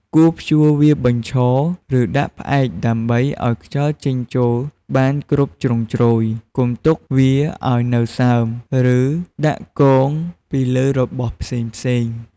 គួរព្យួរវាបញ្ឈរ ឬដាក់ផ្អែកដើម្បីឲ្យខ្យល់ចេញចូលបានគ្រប់ជ្រុងជ្រោយ កុំទុកវាឱ្យនៅសើម ឬដាក់គងពីលើរបស់ផ្សេងៗ។